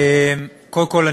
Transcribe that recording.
קודם כול,